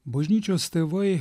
bažnyčios tėvai